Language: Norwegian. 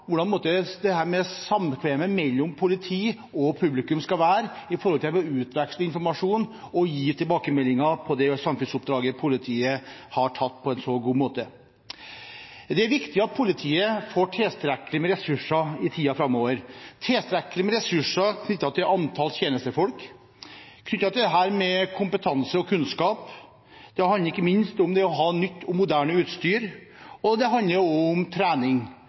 hvordan dette samkvemmet mellom politi og publikum skal være med tanke på å utveksle informasjon og gi tilbakemeldinger på det samfunnsoppdraget politiet har tatt på en så god måte. Det er viktig at politiet får tilstrekkelig med ressurser i tiden framover, tilstrekkelig med ressurser knyttet til antallet tjenestefolk, knyttet til dette med kompetanse og kunnskap. Det handler ikke minst om å ha nytt og moderne utstyr, og det handler også om trening,